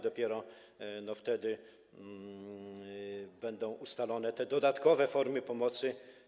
Dopiero wtedy będą ustalone dodatkowe formy pomocy.